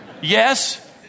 yes